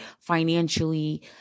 financially